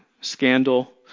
scandal